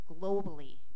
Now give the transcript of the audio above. Globally